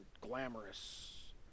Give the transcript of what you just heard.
glamorous